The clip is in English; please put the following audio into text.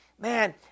man